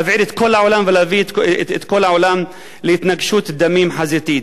להבעיר את כל העולם ולהביא את כל העולם להתנגשות דמים חזיתית.